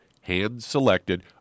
hand-selected